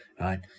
right